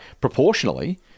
proportionally